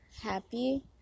happy